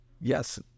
yes